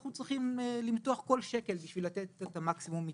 אנחנו צריכים למתוח כל שקל כדי לתת את המקסימום מתוכו.